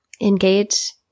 engage